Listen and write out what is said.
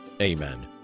Amen